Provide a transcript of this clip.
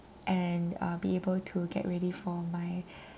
and uh be able to get ready for my